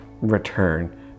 return